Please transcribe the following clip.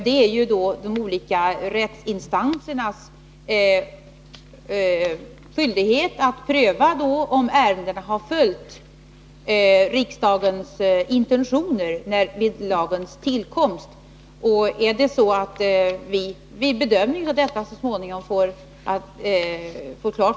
Det är de olika rättsinstansernas skyldighet att pröva om riksdagens intentioner vid tillkomsten av lagen har följts vid behandlingen av de olika ärendena.